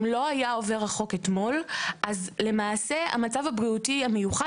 אם לא היה עובר החוק אתמול למעשה המצב הבריאותי המיוחד